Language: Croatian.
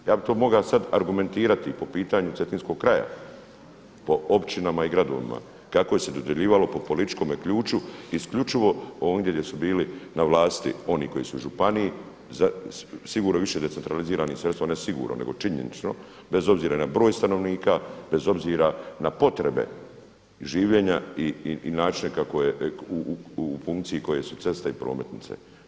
Ja bi to mogao sada argumentirati po pitanju cetinskog kraja, po općinama i gradovima kako je se dodjeljivalo po političkome ključu isključivo ondje gdje su bili na vlasti oni koji su u županiji, sigurno više decentraliziranih sredstava, ne sigurno, nego činjenično bez obzira na broj stanovnika, bez obzira na potrebe življenja i načine kako je u funkciji koje su ceste i prometnice.